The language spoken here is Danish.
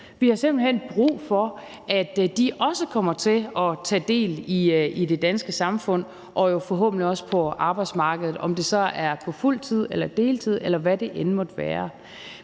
Vi har simpelt hen brug for, at de også kommer til at tage del i det danske samfund og forhåbentlig også på arbejdsmarkedet, om det så er på fuld tid eller deltid, eller hvad det end måtte være.